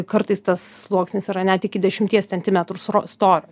kartais tas sluoksnis yra net iki dešimties centimetrų sro storio